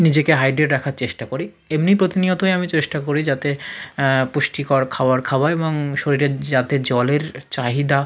নিজেকে হাইড্রেট রাখার চেষ্টা করি এমনি প্রতিনিয়তই আমি চেষ্টা করি যাতে পুষ্টিকর খাবার খাওয়া এবং শরীরের যাতে জলের চাহিদা